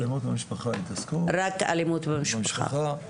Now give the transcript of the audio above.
לא, רק אלימות במשפחה הם יעסקו.